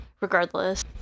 regardless